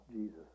Jesus